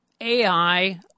AI